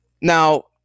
Now